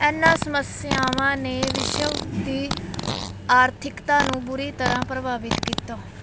ਇਨ੍ਹਾਂ ਸਮੱਸਿਆਵਾਂ ਨੇ ਵਿਸ਼ਵ ਦੀ ਆਰਥਿਕਤਾ ਨੂੰ ਬੁਰੀ ਤਰ੍ਹਾਂ ਪ੍ਰਭਾਵਿਤ ਕੀਤਾ